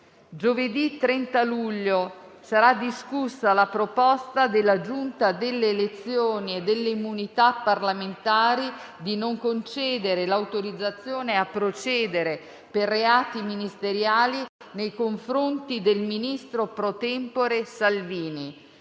Giovedì 30 luglio sarà discussa la proposta della Giunta delle elezioni e delle immunità parlamentari di non concedere l'autorizzazione a procedere per reati ministeriali nei confronti del ministro *pro tempore* Salvini.